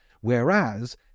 whereas